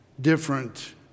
different